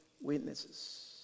witnesses